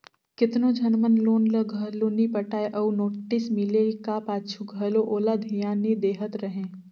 केतनो झन मन लोन ल घलो नी पटाय अउ नोटिस मिले का पाछू घलो ओला धियान नी देहत रहें